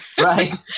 Right